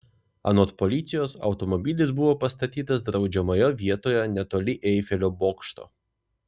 anot policijos automobilis buvo pastatytas draudžiamoje vietoje netoli eifelio bokšto